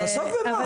לעסוק במה?